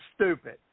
stupid